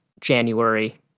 January